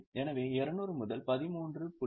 எனவே 200 முதல் 13